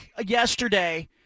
yesterday